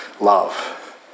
love